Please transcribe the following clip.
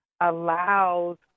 allows